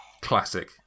Classic